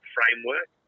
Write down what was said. Framework